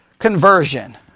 conversion